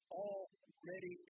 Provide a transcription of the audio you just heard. already